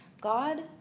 God